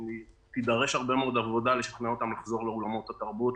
תידרש הרבה מאוד עבודה לשכנע אותם לבוא לאולמות התרבות,